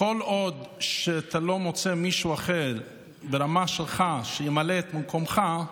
כל עוד אתה לא מוצא מישהו אחר ברמה שלך שימלא את מקומך,